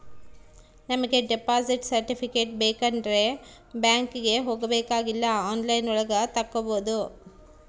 ನಮಿಗೆ deposit certificate ಬೇಕಂಡ್ರೆ ಬ್ಯಾಂಕ್ಗೆ ಹೋಬಾಕಾಗಿಲ್ಲ ಆನ್ಲೈನ್ ಒಳಗ ತಕ್ಕೊಬೋದು